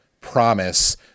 promise